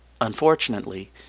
Unfortunately